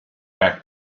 back